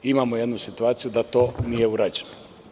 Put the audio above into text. Imamo jednu situaciju da to nije urađeno.